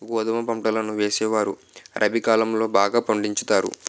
గోధుమ పంటలను వేసేవారు రబి కాలం లో బాగా పండించుతారు